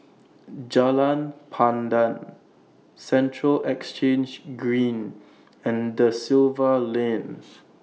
Jalan Pandan Central Exchange Green and DA Silva Lane